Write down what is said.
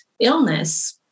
illness